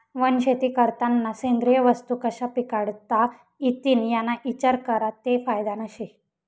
वनशेती करतांना सेंद्रिय वस्तू कशा पिकाडता इतीन याना इचार करा ते फायदानं शे